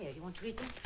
you want to read them?